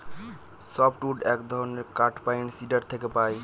soft wood এক ধরনের কাঠ পাইন, সিডর থেকে পাই